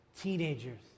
teenagers